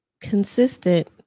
consistent